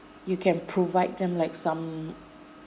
you can provide them like some